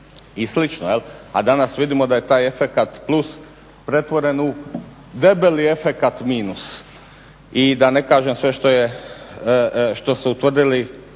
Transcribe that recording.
i slično jel'. A danas vidimo da je taj efekat plus pretvoren u debeli efekat minus. I da ne kažem sve što su utvrdili